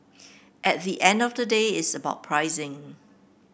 at the end of the day it's about pricing